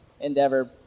endeavor